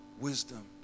wisdom